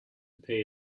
pay